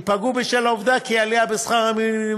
ייפגעו בשל העובדה שעלייה בשכר המינימום